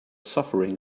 suffering